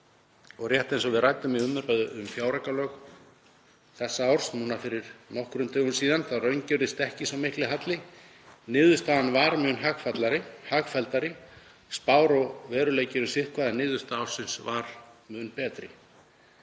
Rétt eins og við ræddum í umræðu um fjáraukalög þessa árs núna fyrir nokkrum dögum síðan raungerðist ekki sá mikli halli. Niðurstaðan varð mun hagfelldari, spár og veruleiki eru sitthvort en niðurstaða ársins var mun betri.